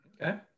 Okay